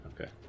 Okay